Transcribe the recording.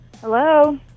Hello